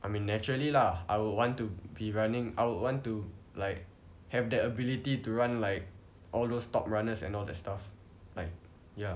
I mean naturally lah I would want to be running I would want to like have that ability to run like all those top runners and all that stuff like ya